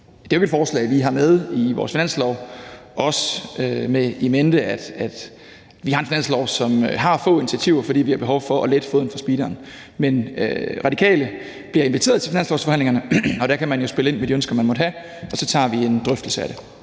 Det er forslag, vi har med i vores finanslov, også med det in mente, at vi har en finanslov, som har få initiativer, fordi vi har behov for at lette foden fra speederen. Men Radikale bliver inviteret til finanslovsforhandlingerne, og der kan man jo spille ind med de ønsker, man måtte have, og så tager vi en drøftelse af det.